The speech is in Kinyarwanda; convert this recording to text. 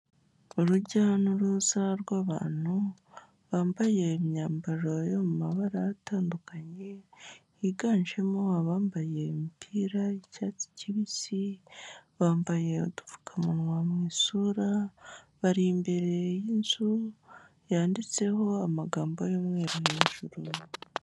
Urujya n'uruza rw'abantu bambaye imyambaro yo mu mabara atandukanye, higanjemo abambaye imipira y'icyatsi kibisi, bambaye udupfukamunwa mu isura, bari imbere y'inzu yanditseho amagambo y'umweru hejuru.